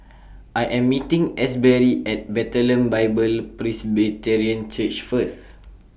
I Am meeting Asberry At Bethlehem Bible Presbyterian Church First